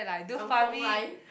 kampung life